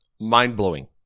mind-blowing